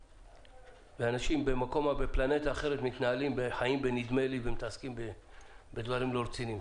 ואנשים בפלנטה אחרת מתנהלים בחיים בנדמה לי ומתעסקים לא רציניים.